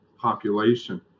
population